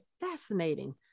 fascinating